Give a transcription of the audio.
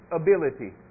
ability